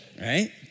Right